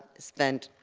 spent